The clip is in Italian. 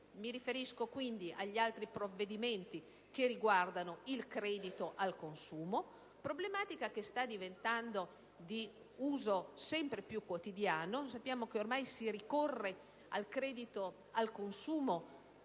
Mi riferisco agli altri provvedimenti che riguardano il credito al consumo, pratica che sta diventando sempre più di uso quotidiano: sappiamo infatti che ormai si ricorre al credito al consumo